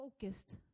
focused